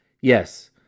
yes